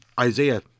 Isaiah